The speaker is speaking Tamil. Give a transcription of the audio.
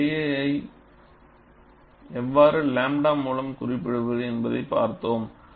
நாம் Kl ஐ எவ்வாறு 𝝺 மூலம் குறீப்பிடுவது என்பதை பார்த்தோம்